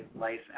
life